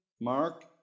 Mark